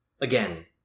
again